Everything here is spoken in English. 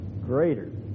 greater